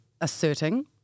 asserting